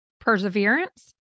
Perseverance